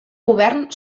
govern